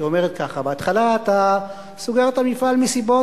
שאומרת כך: בתחילה אתה סוגר את המפעל מסיבות